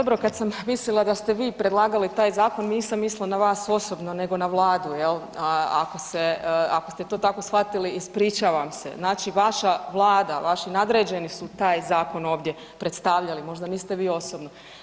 Pa dobro kad sam mislila da ste vi predlagali taj zakon, nisam mislila na vas osobno nego na Vladu jel, ako ste to tako shvatili ispričavam se, znači vaša Vlada, vaši nadređeni su taj zakon ovdje predstavljali, možda niste vi osobno.